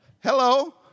Hello